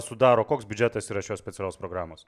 sudaro koks biudžetas yra šios specialios programos